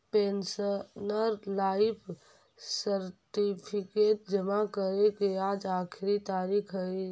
pensioner life certificate जमा करे के आज आखिरी तारीख हइ